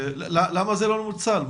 למה זה לא מנוצל?